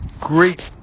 great